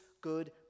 good